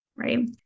right